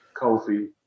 Kofi